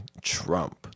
Trump